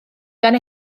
gan